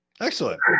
Excellent